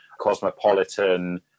cosmopolitan